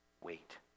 wait